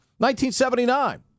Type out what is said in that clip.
1979